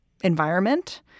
environment